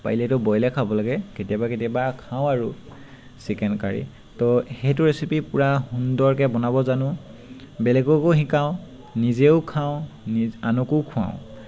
পাৰিলেতো বইলে খাব লাগে কেতিয়াবা কেতিয়াবা খাওঁ আৰু চিকেন কাৰী তো সেইটো ৰেচিপি পূৰা সুন্দৰকৈ বনাব জানো বেলেগকো শিকাওঁ নিজেও খাওঁ নিজ আনকো খুৱাওঁ